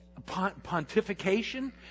Pontification